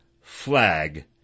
flag